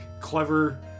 clever